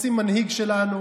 רוצים מנהיג שלנו.